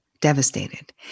devastated